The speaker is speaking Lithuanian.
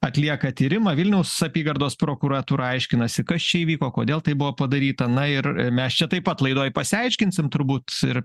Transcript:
atlieka tyrimą vilniaus apygardos prokuratūra aiškinasi kas čia įvyko kodėl tai buvo padaryta na ir mes čia taip pat laidoj pasiaiškinsim turbūt ir